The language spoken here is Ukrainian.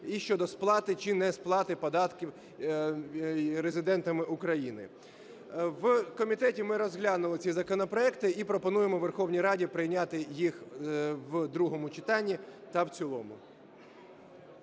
і щодо сплати чи несплати податків резидентами України. В комітеті ми розглянули ці законопроект і пропонуємо Верховній Раді прийняти їх в другому читанні та в цілому.